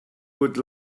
good